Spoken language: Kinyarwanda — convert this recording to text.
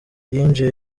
yinjiye